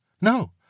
No